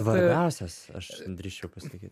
svarbiausias aš drįsčiau pasitikėt